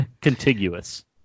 Contiguous